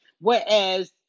whereas